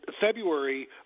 February